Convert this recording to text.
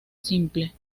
simple